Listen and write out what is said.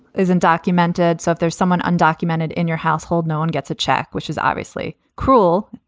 is and documented. so if there's someone undocumented in your household, no one gets a check, which is obviously cruel.